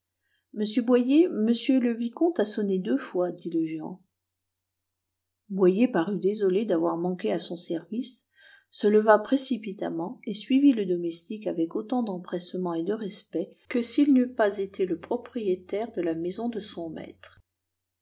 monsieur boyer m le vicomte a sonné deux fois dit le géant boyer parut désolé d'avoir manqué à son service se leva précipitamment et suivit le domestique avec autant d'empressement et de respect que s'il n'eût pas été le propriétaire de la maison de son maître